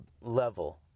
level